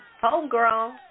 Homegrown